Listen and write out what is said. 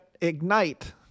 ignite